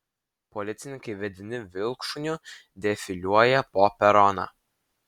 policininkai vedini vilkšuniu defiliuoja po peroną